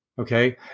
Okay